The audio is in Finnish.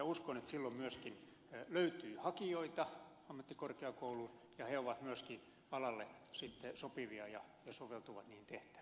uskon että silloin myöskin löytyy hakijoita ammattikorkeakouluun ja he ovat myöskin alalle sopivia ja soveltuvat niihin tehtäviin